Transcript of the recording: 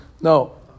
No